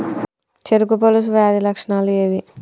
చెరుకు పొలుసు వ్యాధి లక్షణాలు ఏవి?